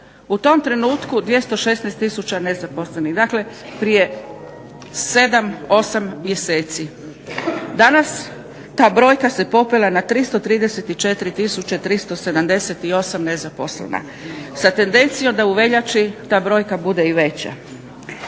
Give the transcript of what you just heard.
U tom trenutku 216000 nezaposlenih. Dakle, prije sedam, osam mjeseci. Danas ta brojka se popela na 334378 nezaposlena sa tendencijom da u veljači ta brojka bude i veća.